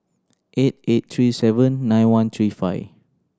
eight eight three seven nine one three five